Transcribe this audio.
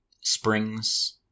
Springs